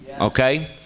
okay